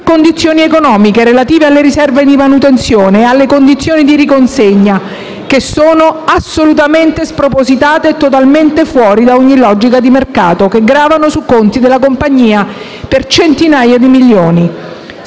condizioni economiche relative alle riserve di manutenzione e alle condizioni di riconsegna che sono assolutamente spropositate, totalmente fuori da ogni logica di mercato e gravano sui conti della compagnia per centinaia di milioni.